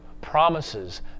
promises